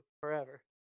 forever